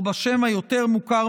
או בשם היותר-מוכר,